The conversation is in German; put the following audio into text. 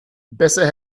besser